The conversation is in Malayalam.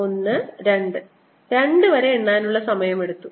1 2 2 വരെ എണ്ണാനുള്ള സമയം എടുത്തു